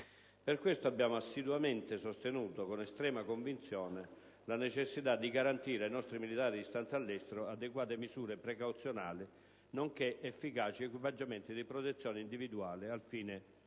Per questo abbiamo assiduamente sostenuto, con estrema convinzione, la necessità di garantire ai nostri militari di stanza all'estero adeguate misure precauzionali, nonché efficaci equipaggiamenti di protezione individuale, al fine di